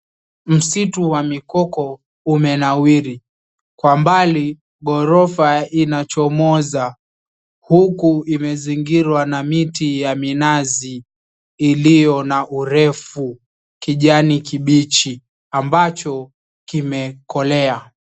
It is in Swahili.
Misitu wa mikoko umenawiri, kwa mbali ghorofa inachomozwa huku imezingirwa na miti ya minazi iliyo na urefu kijani kibichi ambacho kimekolea.